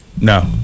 No